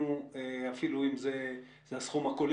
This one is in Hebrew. אין כזה אירוע.